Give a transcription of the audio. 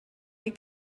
wie